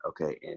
okay